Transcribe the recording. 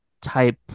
type